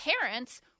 parents